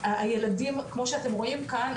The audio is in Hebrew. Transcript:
הילדים כמו שאתם רואים כאן,